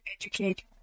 educate